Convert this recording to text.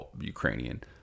Ukrainian